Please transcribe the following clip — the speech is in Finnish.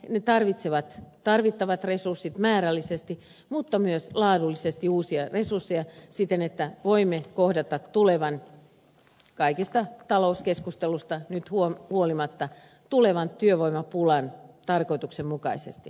ne tarvitsevat tarvittavat resurssit määrällisesti mutta myös laadullisesti uusia resursseja siten että voimme kohdata tulevan kaikista talouskeskusteluista nyt huolimatta työvoimapulan tarkoituksenmukaisesti